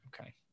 Okay